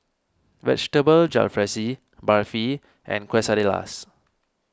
Vegetable Jalfrezi Barfi and Quesadillas